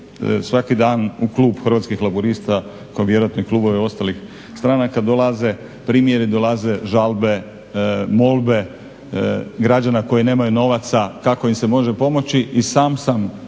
Svaki dan u klub Hrvatskih laburista kao vjerojatno i klubove ostalih stranaka dolaze primjeri, dolaze žalbe, molbe građana koji nemaju novaca kako im se može pomoći i sam sam